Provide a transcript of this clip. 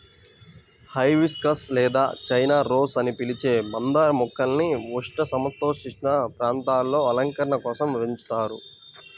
hibiscus లేదా China rose అని పిలిచే మందార మొక్కల్ని ఉష్ణ, సమసీతోష్ణ ప్రాంతాలలో అలంకరణ కోసం పెంచుతారు